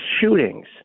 shootings